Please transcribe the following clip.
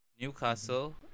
Newcastle